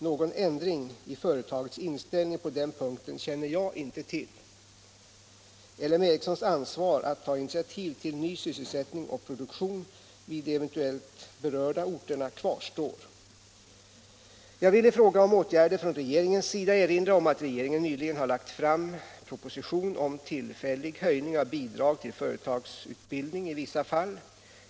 Någon ändring i företagets inställning på den punkten känner jag inte till. L M Ericssons ansvar att ta initiativ till ny sysselsättning och produktion vid de eventuellt berörda orterna kvarstår. Jag vill i fråga om åtgärder från regeringens sida erinra om att regeringen nyligen har lagt fram proposition om tillfällig höjning av bidrag till företagsutbildning i vissa fall.